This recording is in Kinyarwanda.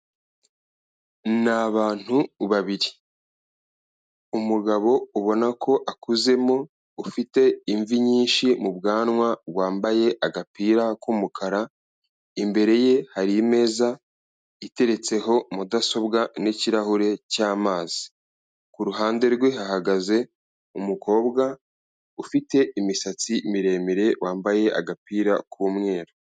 Ni abantu babiri, umugabo ubona ko akuzemo ufite imvi nyinshi mu bwanwa wambaye agapira k'umukara, imbere ye hari imeza iteretseho mudasobwa n'ikirahure cy'amazi, ku ruhande rwe hahagaze umukobwa ufite imisatsi miremire wambaye agapira k'umweru.